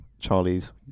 Charlie's